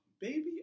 baby